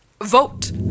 Vote